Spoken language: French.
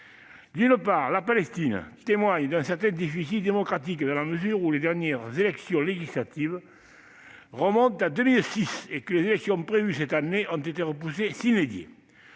D'une part, la Palestine souffre d'un certain déficit démocratique, dans la mesure où les dernières élections législatives remontent à 2006, et que les élections prévues cette année ont été reportées.